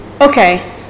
okay